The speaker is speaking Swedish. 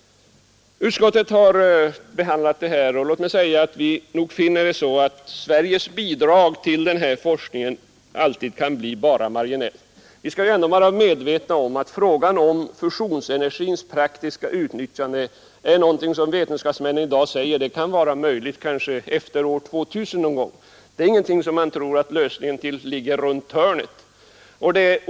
Utskottet finner att Sveriges bidrag till denna forskning alltid kan bli bara marginellt. Vetenskapsmännen säger att det kan vara möjligt att praktiskt utnyttja fusionsenergin kanske någon gång efter år 2000 — lösningen ligger alltså inte runt hörnet.